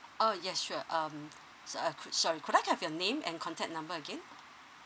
orh yes sure um so uh could sorry could I have your name and contact number again